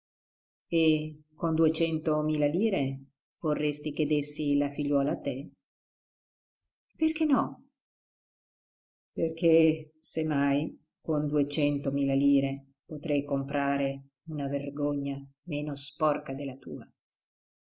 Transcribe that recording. e con duecentomila lire vorresti che dessi la figliuola a te perché no perché se mai con duecentomila lire potrei comprare una vergogna meno sporca della tua